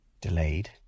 delayed